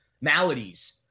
maladies